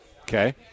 Okay